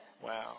Wow